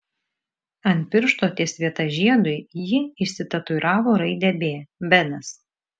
ant piršto ties vieta žiedui ji išsitatuiravo raidę b benas